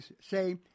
say